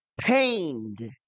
pained